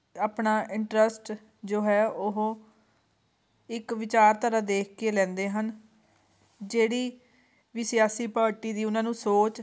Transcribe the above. ਆਪਣਾ ਇੰਟਰਸਟ ਜੋ ਹੈ ਉਹ ਇੱਕ ਵਿਚਾਰਧਾਰਾ ਦੇਖ ਕੇ ਲੈਂਦੇ ਹਨ ਜਿਹੜੀ ਵੀ ਸਿਆਸੀ ਪਾਰਟੀ ਦੀ ਉਹਨਾਂ ਨੂੰ ਸੋਚ